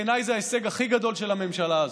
בעיניי זה ההישג הכי גדול של הממשלה הזאת.